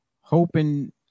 hoping